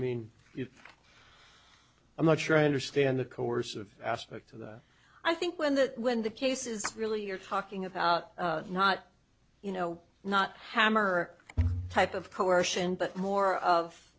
mean if i'm not sure i understand the course of aspect of that i think when the when the case is really you're talking about not you know not hammer type of coercion but more of